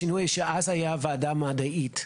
השינוי הוא שאז הייתה ועדה מדעית.